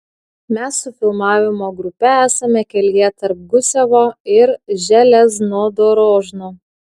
mes su filmavimo grupe esame kelyje tarp gusevo ir železnodorožno